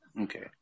Okay